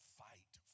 fight